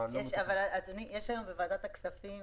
אדוני, יש היום בוועדת הכספים